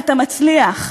אתה מצליח,